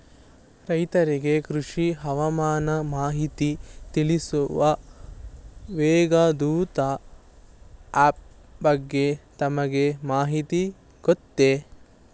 ರೈತರಿಗೆ ಕೃಷಿ ಹವಾಮಾನ ಮಾಹಿತಿ ತಿಳಿಸುವ ಮೇಘದೂತ ಆಪ್ ಬಗ್ಗೆ ತಮಗೆ ಮಾಹಿತಿ ಗೊತ್ತೇ?